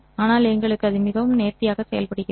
ஆனால் எங்களுக்கு அது மிகவும் நேர்த்தியாக செயல்படுகிறது